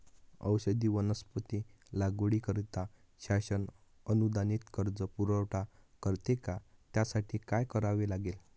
औषधी वनस्पती लागवडीकरिता शासन अनुदानित कर्ज पुरवठा करते का? त्यासाठी काय करावे लागेल?